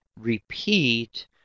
repeat